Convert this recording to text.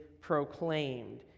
proclaimed